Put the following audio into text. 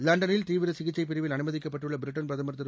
லண்டனில் தீவிர சிகிச்சைப் பிரிவில் அனுமதிக்கப்பட்டுள்ள பிரிட்டன் பிரதமர் திரு